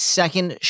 second